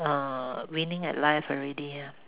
uh winning at life already ah